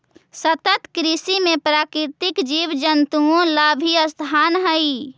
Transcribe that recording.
सतत कृषि में प्राकृतिक जीव जंतुओं ला भी स्थान हई